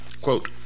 Quote